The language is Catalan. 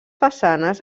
façanes